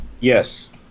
Yes